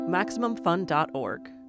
MaximumFun.org